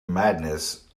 madness